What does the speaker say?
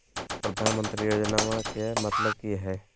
प्रधानमंत्री योजनामा के मतलब कि हय?